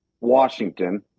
Washington